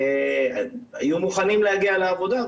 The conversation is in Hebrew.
היום מוכנים להגיע לעבודה.